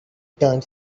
turned